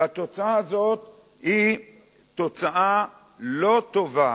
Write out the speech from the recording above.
והתוצאה הזאת היא תוצאה לא טובה.